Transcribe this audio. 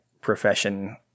profession